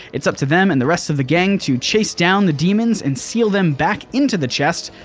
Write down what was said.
it's up to them and the rest of the gang to chase down the demons and seal them back into the chest,